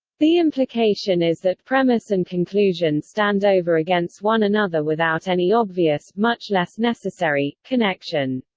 the implication is that premise and conclusion stand over against one another without any obvious, much less necessary, connection.